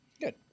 Good